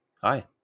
Hi